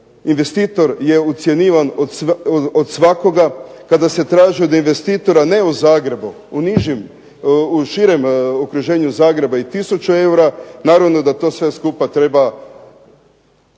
investitor je ucjenjivan od svakoga, kada se traži da investitora ne u Zagrebu, u nižim, u širem okruženju Zagreba i tisuća eura, naravno da to sve skupa treba